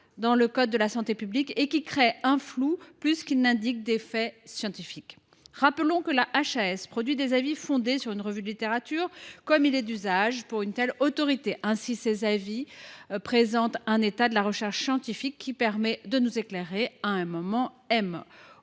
dans le code de la santé publique et qu’ils créent un flou plus qu’ils ne désignent des faits scientifiques. Rappelons que la HAS produit des avis fondés sur une revue de la littérature, comme il est d’usage pour une telle autorité. Ses avis présentent donc un état de la recherche scientifique qui permet de nous éclairer à un moment